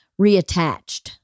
reattached